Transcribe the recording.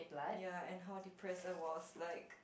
ya and how depressed I was like